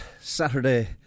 Saturday